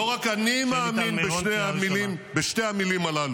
לא רק אני מאמין בשתי המילים הללו.